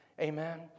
Amen